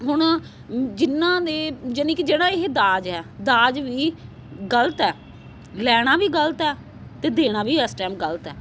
ਹੁਣ ਜਿਹਨਾਂ ਨੇ ਯਾਨੀ ਕਿ ਜਿਹੜਾ ਇਹ ਦਾਜ ਆ ਦਾਜ ਵੀ ਗਲਤ ਆ ਲੈਣਾ ਵੀ ਗਲਤ ਆ ਅਤੇ ਦੇਣਾ ਵੀ ਇਸ ਟਾਈਮ ਗਲਤ ਹੈ